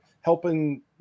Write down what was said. helping